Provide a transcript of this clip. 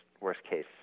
worst-case